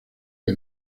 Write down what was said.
que